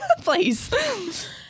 Please